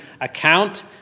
account